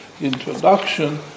introduction